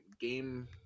game